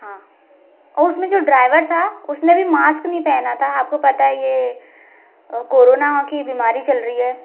हाँ और उसमें जो ड्राइवर था उसने भी मास्क नहीं पहना था आपको पता है ये अ कोरोना की बीमारी चल रही है